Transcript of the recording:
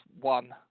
one